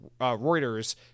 Reuters